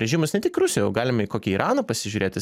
režimus ne tik rusijoj jau galime į kokį iraną pasižiūrėti